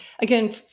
again